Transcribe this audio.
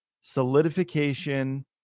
solidification